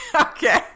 Okay